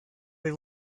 they